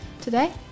today